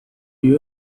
you